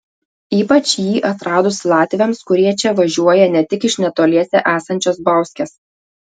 ypač jį atradus latviams kurie čia važiuoja ne tik iš netoliese esančios bauskės